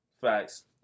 Facts